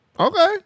Okay